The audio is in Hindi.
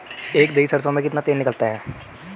एक दही सरसों में कितना तेल निकलता है?